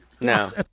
No